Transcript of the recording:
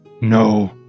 No